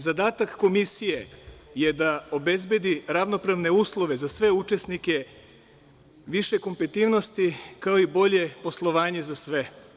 Zadatak Komisije je da obezbedi ravnopravne uslove za sve učesnike, više kompetilnosti, kao i bolje poslovanje za sve.